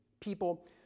people